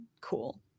cool